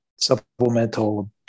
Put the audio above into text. supplemental